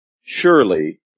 surely